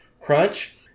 Crunch